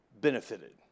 benefited